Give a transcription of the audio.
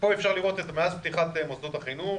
אפשר לראות שמאז פתיחת מוסדות החינוך